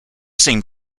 same